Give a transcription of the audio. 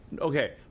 Okay